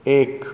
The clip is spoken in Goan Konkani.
एक